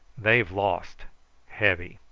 they've lost heavy.